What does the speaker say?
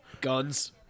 Guns